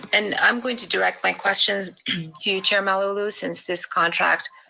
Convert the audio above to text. and i'm going to direct my question to chair malauulu, since this contract